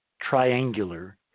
triangular